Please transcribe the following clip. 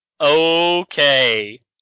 Okay